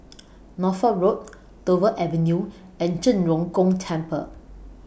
Norfolk Road Dover Avenue and Zhen Ren Gong Temple